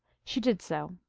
she did so.